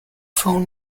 phone